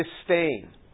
disdain